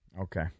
Okay